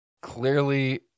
Clearly